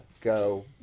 go